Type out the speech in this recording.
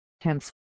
Hence